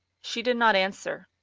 she did not answer.